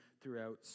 throughout